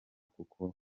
kuko